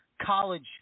college